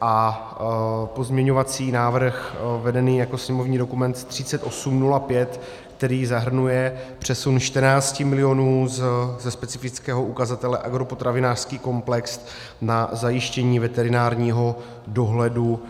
A pozměňovací návrh vedený jako sněmovní dokument 3805, který zahrnuje přesun 14 milionů ze specifického ukazatele agropotravinářský komplex na zajištění veterinárního dohledu